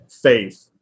faith